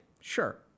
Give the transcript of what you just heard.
Sure